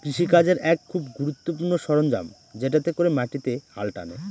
কৃষি কাজের এক খুব গুরুত্বপূর্ণ সরঞ্জাম যেটাতে করে মাটিতে হাল টানে